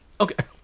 Okay